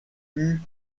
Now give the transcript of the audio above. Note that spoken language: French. plus